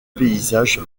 paysage